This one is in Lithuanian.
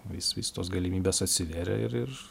vis vis tos galimybės atsivėrė ir